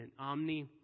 omni